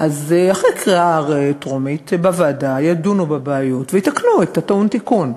אז אחרי קריאה טרומית בוועדה ידונו בבעיות ויתקנו את הטעון תיקון.